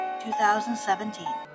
2017